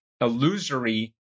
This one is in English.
illusory